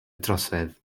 trosedd